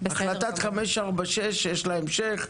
החלטה 546 יש לה המשך?